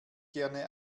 gerne